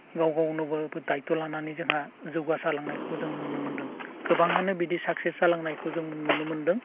गाव गावनोबो दायित्य' लानानै जोंहा जौगासारलांनायखौबो जों नुनो मोन्दों गोबाङानो बिदि साक्सेस जालांनायखौ जोंबो नुनो मोन्दों